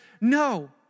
No